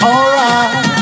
Alright